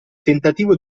tentativo